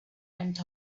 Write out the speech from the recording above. went